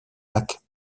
lacs